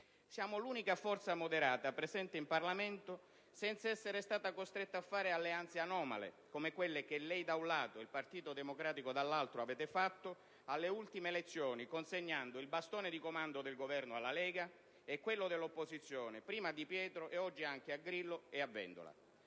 Siamo l'unica forza moderata presente in Parlamento a non essere stata costretta a fare alleanze anomale, come quelle che lei da un lato ed il Partito Democratico dall'altro avete fatto alle ultime elezioni, consegnando il bastone di comando del Governo alla Lega e quello dell'opposizione prima a Di Pietro e oggi anche a Grillo e a Vendola.